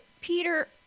Peter